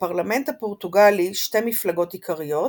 בפרלמנט הפורטוגלי שתי מפלגות עיקריות,